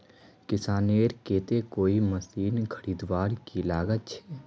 किसानेर केते कोई मशीन खरीदवार की लागत छे?